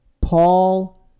Paul